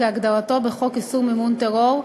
כהגדרתו בחוק איסור מימון טרור,